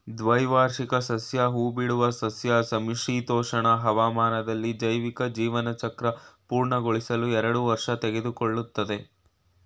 ದ್ವೈವಾರ್ಷಿಕ ಸಸ್ಯ ಹೂಬಿಡುವ ಸಸ್ಯ ಸಮಶೀತೋಷ್ಣ ಹವಾಮಾನದಲ್ಲಿ ಜೈವಿಕ ಜೀವನಚಕ್ರ ಪೂರ್ಣಗೊಳಿಸಲು ಎರಡು ವರ್ಷ ತೆಗೆದುಕೊಳ್ತದೆ